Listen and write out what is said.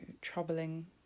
Troubling